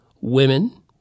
women